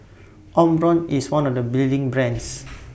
Omron IS one of The leading brands